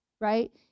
right